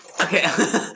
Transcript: Okay